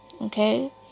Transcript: Okay